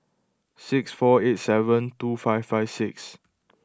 six four eight seven two five five six